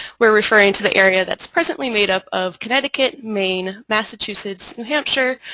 we're referring to the area that's presently made up of connecticut, maine massachusetts, new hampshire,